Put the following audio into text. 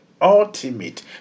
ultimate